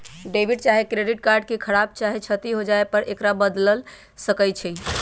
debit चाहे credit card के खराप चाहे क्षति हो जाय पर एकरा बदल सकइ छी